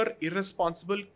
irresponsible